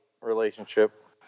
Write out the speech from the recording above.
relationship